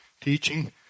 teaching